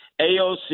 AOC